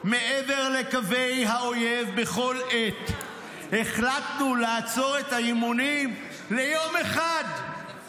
מעבר לקווי האויב בכל עת --- החלטנו לעצור ליום אחד את האימונים",